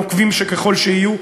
נוקבים ככל שיהיו.